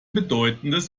bedeutendes